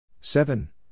seven